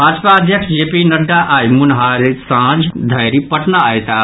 भाजपा अध्यक्ष J P Nadda आई मुनहारि सांझ धरि पटना अयताह